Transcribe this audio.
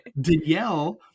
Danielle